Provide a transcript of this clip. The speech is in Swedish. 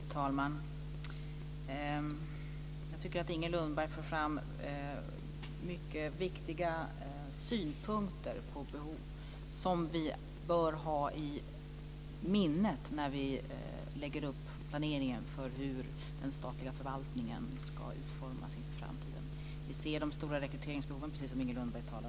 Fru talman! Jag tycker att Inger Lundberg för fram mycket viktiga synpunkter som vi bör ha i minnet när vi lägger upp planeringen för hur den statliga förvaltningen ska utformas i framtiden. Vi ser de stora rekryteringsbehoven, precis som Inger Lundberg talade om.